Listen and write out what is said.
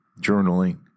journaling